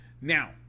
Now